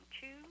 two